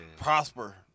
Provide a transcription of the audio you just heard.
prosper